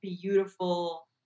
beautiful